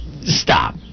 Stop